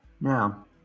Now